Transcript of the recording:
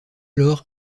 lors